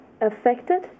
affected